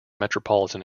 metropolitan